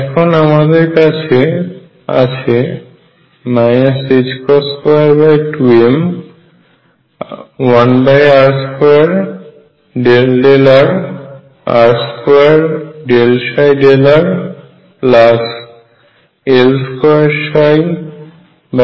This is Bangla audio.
এখন আমাদের কাছে আছে 22m1r2∂r r2∂ψ∂rL22mr2ψVrψEψ